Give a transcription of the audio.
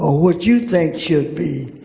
ah what you think should be.